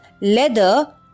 leather